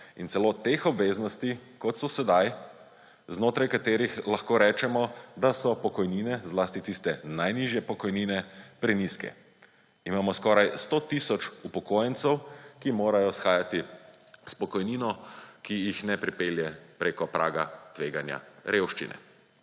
in celo teh obveznosti, kot so sedaj, znotraj katerih lahko rečemo, da so pokojnine, zlasti tiste najnižje, pokojnine prenizke. Imamo skoraj 100 tisoč upokojencev, ki morajo shajati s pokojnino, ki jih ne pripelje preko praga tveganja revščine.